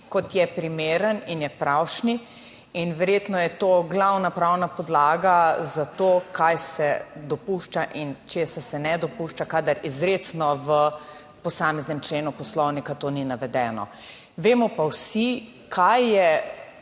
kot je primeren in je pravšnji, in verjetno je to glavna pravna podlaga za to, kaj se dopušča in česa se ne dopušča, kadar izrecno v posameznem členu Poslovnika to ni navedeno. Vemo pa vsi, kaj je